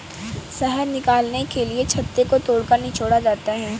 शहद निकालने के लिए छत्ते को तोड़कर निचोड़ा जाता है